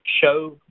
Show